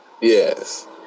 Yes